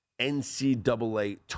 NCAA